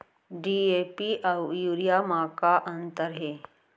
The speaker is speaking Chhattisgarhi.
डी.ए.पी अऊ यूरिया म का अंतर हे?